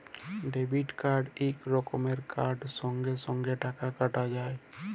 debit card ইক রকমের card সঙ্গে সঙ্গে টাকা কাটা যায়